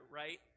right